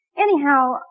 Anyhow